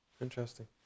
Interesting